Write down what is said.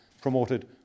promoted